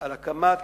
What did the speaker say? על הקמת